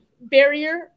barrier